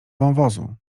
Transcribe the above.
wąwozu